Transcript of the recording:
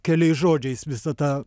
keliais žodžiais visą tą